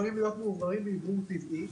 יכולים להיות מאווררים באוורור טבעי.